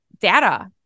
data